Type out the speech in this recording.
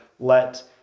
Let